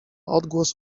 odgłos